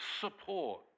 support